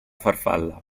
farfalla